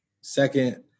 Second